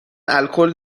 الکل